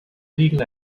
legal